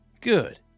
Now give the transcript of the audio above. good